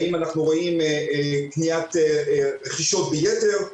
האם אנחנו רואים רכישות ביתר,